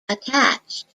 attached